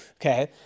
Okay